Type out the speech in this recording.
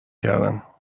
کردم